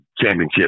championship